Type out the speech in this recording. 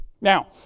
Now